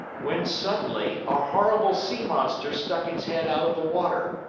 when suddenly a horrible sea monster stuck its head out of the water,